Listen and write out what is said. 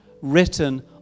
written